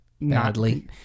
Badly